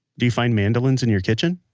do you find mandolins in your kitchen?